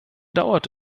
dauert